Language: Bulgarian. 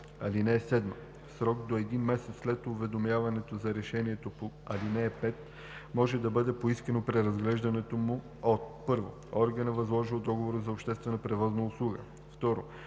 (7) В срок до един месец след уведомяването за решението по ал. 5 може да бъде поискано преразглеждането му от: 1. органа, възложил договора за обществена превозна услуга; 2.